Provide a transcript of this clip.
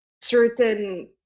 certain